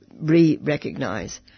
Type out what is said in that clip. re-recognize